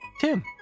Tim